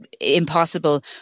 Impossible